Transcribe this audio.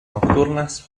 nocturnas